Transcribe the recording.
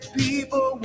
people